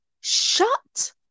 Shut